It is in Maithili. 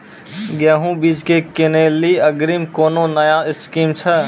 गेहूँ बीज की किनैली अग्रिम कोनो नया स्कीम छ?